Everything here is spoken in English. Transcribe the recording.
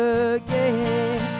again